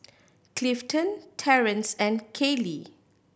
Clifton Terrance and Kallie